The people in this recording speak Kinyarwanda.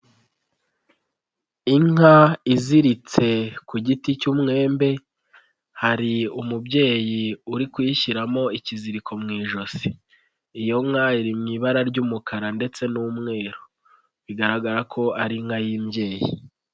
Inka iziritse ku giti cy'umwembe, hari umubyeyi uri kuyishyiramo ikiziriko mu ijosi, iyo nka iri mu ibara ry'umukara ndetse n'umweru, bigaragara ko ari inka y'imbyeyi.